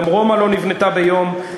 גם רומא לא נבנתה ביום,